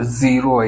zero